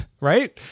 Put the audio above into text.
Right